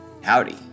Howdy